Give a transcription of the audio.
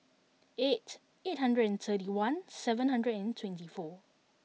eight eight hundred and thirty one seven hundred and twenty four